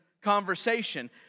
conversation